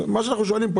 אנחנו שואלים כאן,